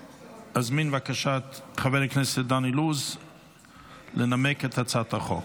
אזמין בבקשה את חבר הכנסת דן אילוז לנמק את הצעת החוק,